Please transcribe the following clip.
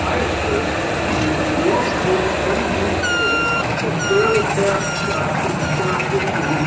i assert there's no use in the use table that barely chair, it describes issues